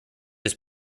his